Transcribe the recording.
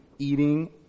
eating